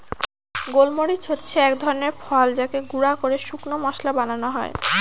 গোল মরিচ হচ্ছে এক ধরনের ফল যাকে গুঁড়া করে শুকনো মশলা বানানো হয়